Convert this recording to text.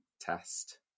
test